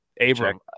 Abram